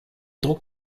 druck